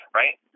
right